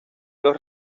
los